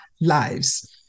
lives